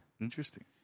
Interesting